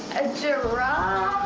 a giraffe?